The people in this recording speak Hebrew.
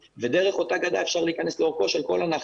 ודרך אותה גדה אפשר להיכנס לאורכו של כל הנחל.